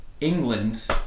England